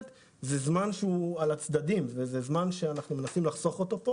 זה זמן שהוא על הצדדים ואנחנו מנסים לחסוך אותו.